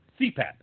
CPAP